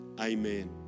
Amen